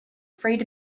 afraid